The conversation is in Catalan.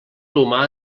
humà